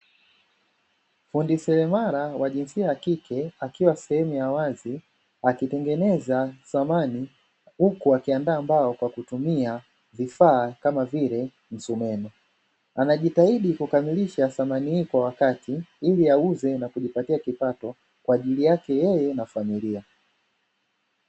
Fundi seremala wa jinsia ya kike akiwa sehemu ya wazi akitengeneza samani, huku akiandaa mbao kwa kutumia vifaa kama vile msumeno; anajitahidi kukamilisha samani hii kwa wakati, ili aweze kujipatia kipato kwaajili yake yeye na familia.